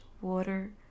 water